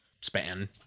span